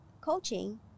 coaching